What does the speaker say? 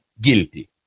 guilty